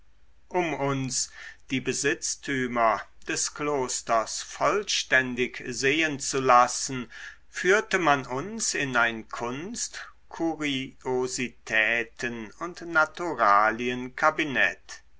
um uns die besitztümer des klosters vollständig sehen zu lassen führte man uns in ein kunst kuriositäten und